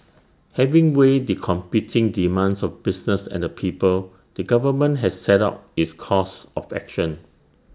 having weighed the competing demands of business and the people the government has set out its course of action